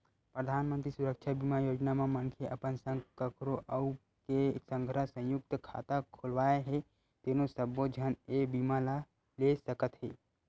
परधानमंतरी सुरक्छा बीमा योजना म मनखे अपन संग कखरो अउ के संघरा संयुक्त खाता खोलवाए हे तेनो सब्बो झन ए बीमा ल ले सकत हे